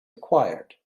required